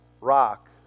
Rock